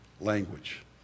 language